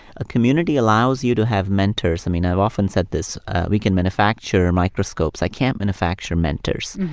a community allows you to have mentors. i mean, i've often said this we can manufacture microscopes, i can't manufacture mentors.